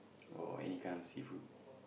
or any kind of seafood